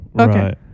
Okay